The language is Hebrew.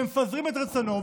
ומפזרים את רצונו,